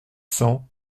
cents